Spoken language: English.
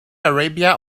arabia